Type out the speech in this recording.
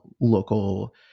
local